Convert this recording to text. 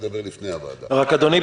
אדוני,